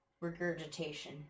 regurgitation